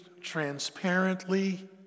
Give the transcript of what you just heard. transparently